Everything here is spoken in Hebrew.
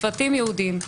צוותים ייעודיים, כן.